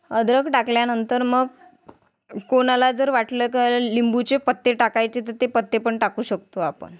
अद्रक टाकल्यानंतर मग कोणाला जर वाटलं क लिंबूचे पत्ते टाकायचे तर ते पत्ते पण टाकू शकतो आपण